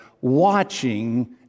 watching